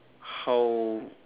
how